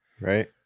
Right